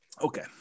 okay